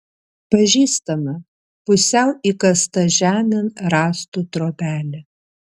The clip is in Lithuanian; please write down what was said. pažįstama pusiau įkasta žemėn rąstų trobelė